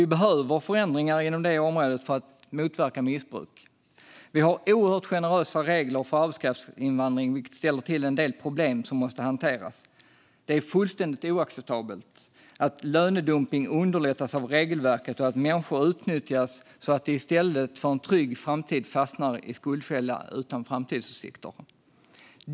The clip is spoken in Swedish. Vi behöver förändringar inom detta område för att motverka missbruk. Vi har oerhört generösa regler för arbetskraftsinvandring, vilket ställer till en del problem som måste hanteras. Det är fullständigt oacceptabelt att lönedumpning underlättas av regelverket och att människor utnyttjas så att de i stället för att få en trygg framtid fastnar i en skuldfälla utan framtidsutsikter.